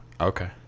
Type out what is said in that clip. Okay